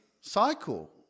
cycle